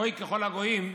גוי ככל הגויים,